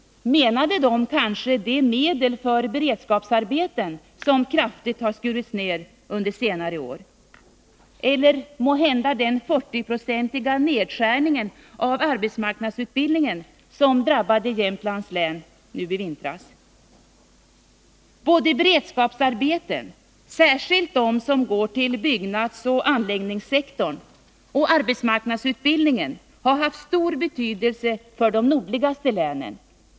Menade de kanske de medel för beredskapsarbeten som kraftigt har skurits ned under senare år? Eller måhända den 40-procentiga nedskärning av arbetsmarknadsutbildningen som drabbade Jämtlands län nu i vintras? Både beredskapsarbetena — särskilt de som går till byggnadsoch anläggningssektorn — och arbetsmarknadsutbildningen har haft stor betydelse för de nordligaste länen.